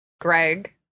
Greg